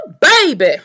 baby